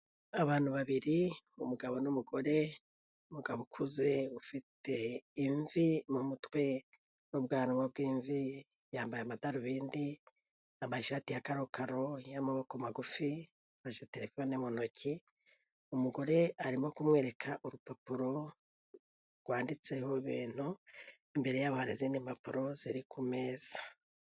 Abantu babiri, umugabo n'umugore, umugabo ukuze ufite imvi mu mutwe n'ubwanwa bw'imvi, yambaye amadarubindi, yambaye ishati ya karokaro y'amaboko magufi, afashe terefone mu ntoki, umugore arimo kumwereka urupapuro rwanditseho ibintu, imbere yabo hari izindi mpapuro ziri ku meza.